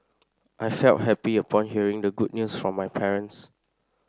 I felt happy upon hearing the good news from my parents